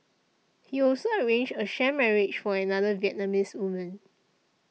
he also arranged a sham marriage for another Vietnamese woman